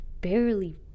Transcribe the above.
barely